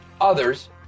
others